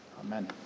Amen